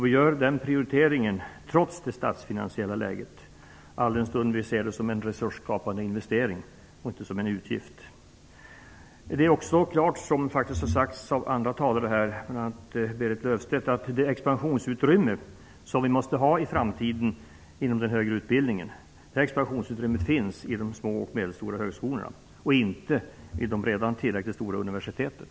Vi gör denna prioritering trots det statsfinansiella läget - alldenstund vi ser detta som en resursskapande investering, inte som en utgift. Det är klart - som en del andra talare här har sagt, bl.a. Berit Löfstedt - att det expansionsutrymme som vi i framtiden måste ha inom den högre utbildningen finns vid de små och medelstora högskolorna, inte vid de redan tillräckligt stora universiteten.